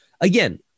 Again